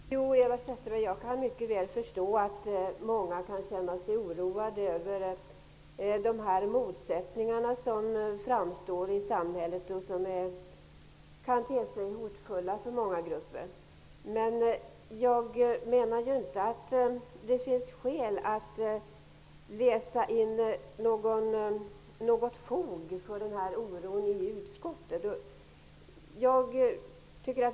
Herr talman! Jag kan, Eva Zetterberg, mycket väl förstå att många känner sig oroade över de motsättningar som framkommer i samhället och som kan te sig hotfulla för många grupper. Men jag menar inte att det finns skäl att läsa in något fog för denna oro i utskottets skrivning.